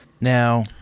Now